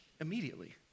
immediately